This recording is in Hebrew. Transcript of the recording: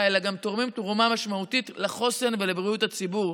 אלא גם תורמים תרומה משמעותית לחוסן ולבריאות הציבור,